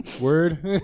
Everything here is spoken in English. word